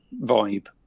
vibe